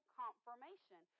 confirmation